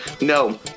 No